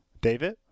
David